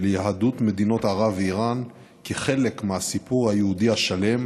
יהדות מדינות ערב ואיראן כחלק מהסיפור היהודי השלם,